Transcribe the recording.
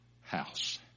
house